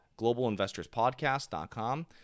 globalinvestorspodcast.com